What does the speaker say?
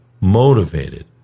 motivated